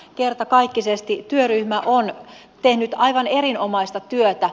kertakaikkisesti työryhmä on tehnyt aivan erinomaista työtä